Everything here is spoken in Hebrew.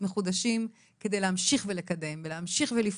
מחודשים על מנת להמשיך ולקדם ולהמשיך ולפעול,